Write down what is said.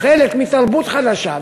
הוא חלק מתרבות חדשה,